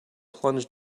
plunge